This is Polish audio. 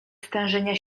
stężenia